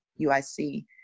UIC